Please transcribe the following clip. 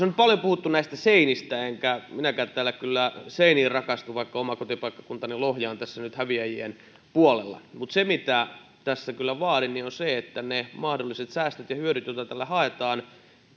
on nyt paljon puhuttu näistä seinistä enkä minäkään täällä kyllä seiniin rakastu vaikka oma kotipaikkakuntani lohja on tässä nyt häviäjien puolella mutta se mitä tässä kyllä vaadin on se että ne mahdolliset säästöt ja hyödyt joita tällä haetaan